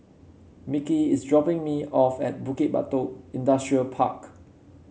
Micky is dropping me off at Bukit Batok Industrial Park